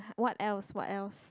what else what else